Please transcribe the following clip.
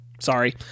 sorry